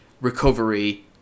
recovery